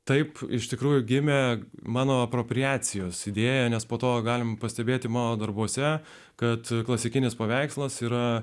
taip iš tikrųjų gimė mano apropriacijos idėja nes po to galime pastebėti mano darbuose kad klasikinis paveikslas yra